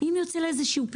ויוצא לה איזשהו פצעון,